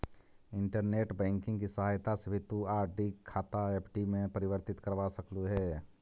internet banking की सहायता से भी तु आर.डी खाता एफ.डी में परिवर्तित करवा सकलू हे